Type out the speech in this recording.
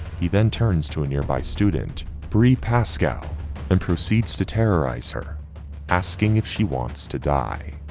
he then turns to a nearby student bree pascal and proceeds to terrorize her asking if she wants to die.